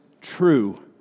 true